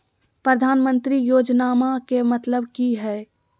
प्रधानमंत्री योजनामा के मतलब कि हय?